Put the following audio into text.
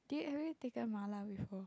did you have ever take the mala before